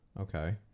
Okay